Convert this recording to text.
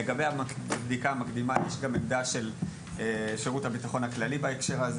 לגבי הבדיקה המקדימה יש גם עמדה של שירות הביטחון הכללי בהקשר הזה